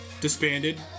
disbanded